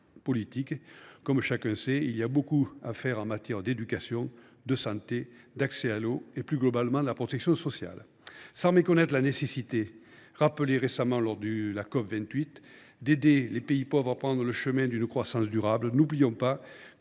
Comme chacun le sait, il y a beaucoup à faire en matière d’éducation, de santé, d’accès à l’eau et, plus globalement, de protection sociale. Sans méconnaître la nécessité, rappelée en ce moment même dans le cadre de la COP28, d’aider les pays pauvres à prendre le chemin d’une croissance durable, n’oublions pas que